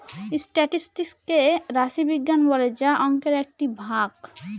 statistics কে রাশি বিজ্ঞান বলে যা অংকের একটি ভাগ